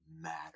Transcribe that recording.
matter